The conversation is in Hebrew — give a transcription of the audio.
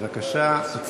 בבקשה, הצבעה.